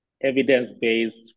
evidence-based